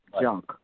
Junk